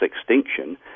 extinction